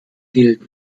gilt